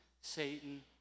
Satan